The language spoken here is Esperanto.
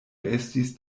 estis